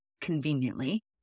conveniently